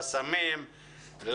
לסמים,